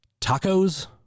Tacos